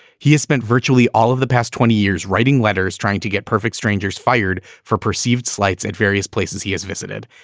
he has spent virtually all of the past twenty years writing letters, trying to get perfect strangers fired for perceived slights at various places he has visited.